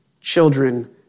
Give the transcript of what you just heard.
children